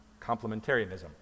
Complementarianism